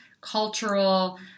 cultural